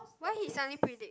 why he suddenly predict